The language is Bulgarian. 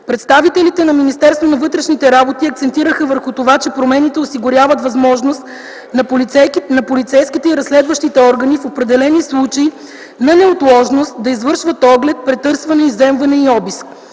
Представителите на Министерството на вътрешните работи акцентираха върху това, че промените осигуряват възможност на полицейските и разследващите органи в определени случаи на неотложност да извършват оглед, претърсване, изземване и обиск.